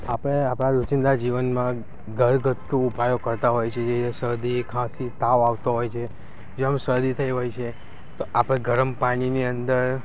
આપણે આપણા રોજિંદા જીવનમાં ઘરગથ્થુ ઉપાયો કરતાં હોય છે જે શરદી ખાંસી તાવ આવતો હોય છે જેવું શરદી હોય છે તો આપણે ગરમ પાણીની અંદર